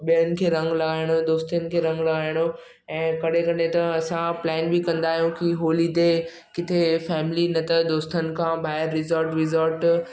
ॿियनि खे रंगु लॻाइणो दोस्तनि खे रंगु लॻाइणो ऐं कॾहिं कॾहि त असां प्लान बि कंदा आहियूं की होली ते किथे फेमली न त दोस्तनि खां ॿाहिरि रिसोर्ट बिसोर्ट